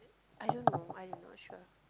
I don't know I am not sure